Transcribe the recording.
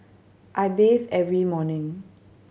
I bathe every morning